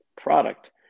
product